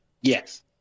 Yes